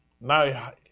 Now